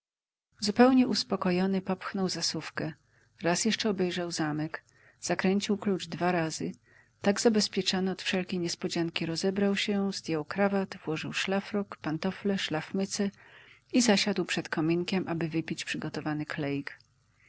zupełnie uspokojony popchnął zasuwkę raz jeszcze obejrzał zamek zakręcił klucz dwa razy tak zabezpieczony od wszelkiej niespodzianki rozebrał się zdjął krawat włożył szlafrok pantofle szlafmycę i zasiadł przed kominkiem aby wypić przygotowany kleik